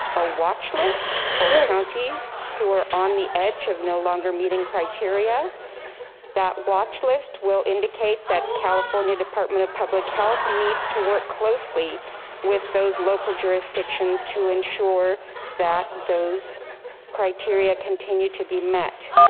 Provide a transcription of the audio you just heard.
a watch list for counties who are on the edge of no longer meeting criteria that watch list will indicate that california department of public health needs to work closely with those local jurisdictions to ensure that those criteria continued to be met.